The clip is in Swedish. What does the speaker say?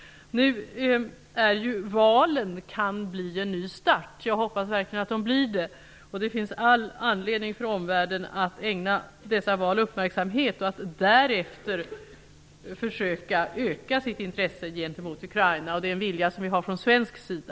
Valen kan nu bli en ny start, och jag hoppas verkligen att de blir det. Det finns all anledning för omvärlden att ägna dessa val uppmärksamhet och att därefter försöka öka sitt intresse gentemot Ukraina. Det är en vilja som vi har från svensk sida.